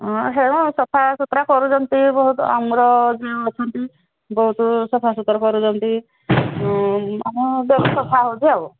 ହଁ ହେନ ସଫାସୁୁତୁରା କରୁଛନ୍ତି ବହୁତ ଆମର ଯେଉଁ ଅଛନ୍ତି ବହୁତ ସଫା ସୁୁତୁରା କରୁଛନ୍ତି ଆମ ଦେହ ସଫା ହେଉଛି ଆଉ